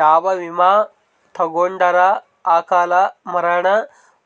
ಯಾವ ವಿಮಾ ತೊಗೊಂಡರ ಅಕಾಲ ಮರಣ